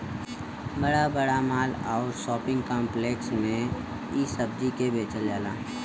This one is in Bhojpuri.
बड़ा बड़ा माल आउर शोपिंग काम्प्लेक्स में इ सब्जी के बेचल जाला